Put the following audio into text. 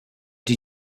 did